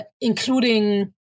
including